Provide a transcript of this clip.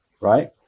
right